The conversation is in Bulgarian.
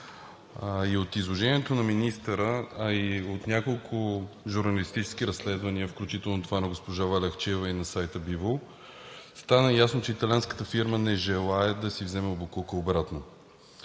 т. От изложението на министъра, а и от няколко журналистически разследвания, включително това на госпожа Валя Ахчиева и на сайта „Бивол“, стана ясно, че италианската фирма не желае да се вземе боклука обратно.